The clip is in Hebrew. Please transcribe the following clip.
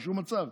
בשום מצב,